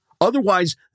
Otherwise